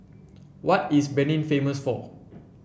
what is Benin famous for